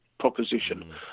proposition